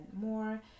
more